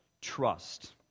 trust